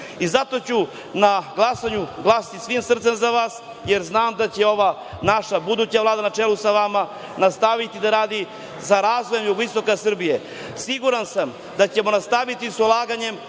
Zato ću na glasanju glasati svim srcem za vas jer znam da će ova naša buduća Vlada na čelu sa vama nastaviti da radi na razvoju jugoistoka Srbije. Siguran sam da ćemo nastaviti sa ulaganjem